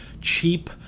cheap